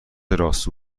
راسو